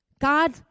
God